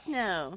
Snow